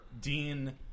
Dean